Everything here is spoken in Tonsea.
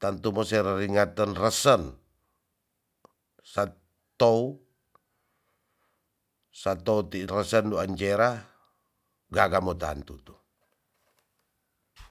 twntu mo se reringaten resen. setouw setouw ti resen dan jera gaga mo tantu tu.